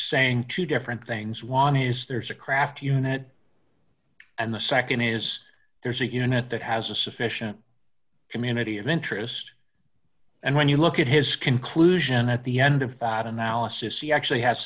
saying two different things one is there's a craft unit and the nd is there's a unit that has a sufficient community of interest and when you look at his conclusion at the end of that analysis he actually has